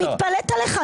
אני מתפלאת עליך,